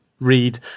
read